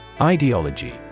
Ideology